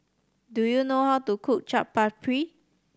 do you know how to cook Chaat Papri